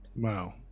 Wow